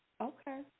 Okay